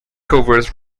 covers